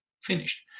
finished